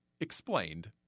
Explained